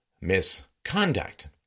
misconduct